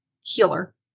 healer